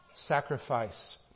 sacrifice